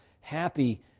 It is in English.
happy